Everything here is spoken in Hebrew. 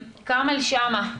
כרמל שאמה,